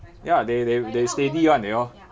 ya they they they steady [one] they all